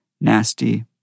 nasty